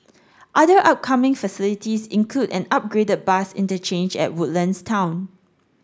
other upcoming facilities include an upgraded bus interchange at Woodlands town